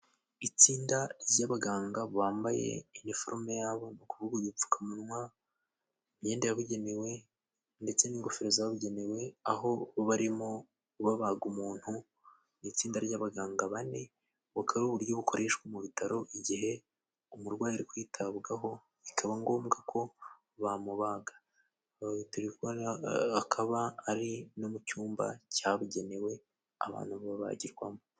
Itsinda ry'abaganga bambaye iniforume yabo ni ukuvuga udupfukamunwa, imyenda yabugenewe ndetse n'ingofero zabugenewe aho barimo babaga umuntu mu itsinda ry'abaganga bane bukaba ari uburyo bukoreshwa mu bitaro igihe umurwayi ari kwitabwaho bikaba ngombwa ko bamubaga. Akaba ari no mu cyumba cyabugenewe abantu babagirwamo.